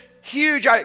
huge